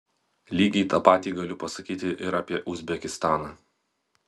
lygiai tą patį galiu pasakyti ir apie uzbekistaną